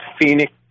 Phoenix